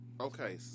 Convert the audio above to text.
Okay